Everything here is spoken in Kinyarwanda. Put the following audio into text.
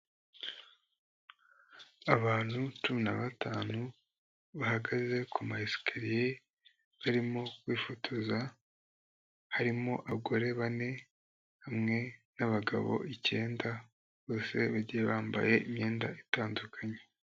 Abantu cumi na batanu bahagaze ku mayesikariye barimo kwifotoza, harimo abagore bane, hamwe n'abagabo icyenda bose bagiye bambaye imyenda itandukanye.